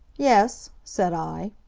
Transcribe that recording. yes, said i.